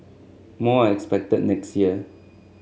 more are expected next year